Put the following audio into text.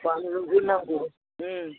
बानलुबो नांगौ